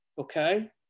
Okay